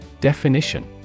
Definition